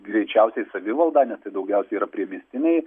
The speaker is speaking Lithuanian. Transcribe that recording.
greičiausiai savivaldą nes tai daugiausia yra priemiestiniai